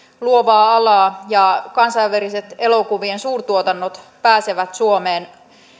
luovaa alaa kansainväliset elokuvien suurtuotannot pääsevät suomeen